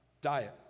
Diet